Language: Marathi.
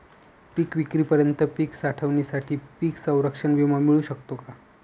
पिकविक्रीपर्यंत पीक साठवणीसाठी पीक संरक्षण विमा मिळू शकतो का?